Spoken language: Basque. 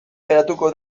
geratuko